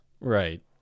right